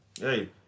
Hey